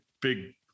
big